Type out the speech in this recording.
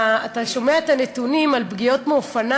אתה שומע את הנתונים על פגיעות מאופניים,